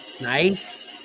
Nice